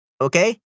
okay